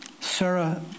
Sarah